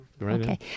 Okay